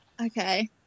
Okay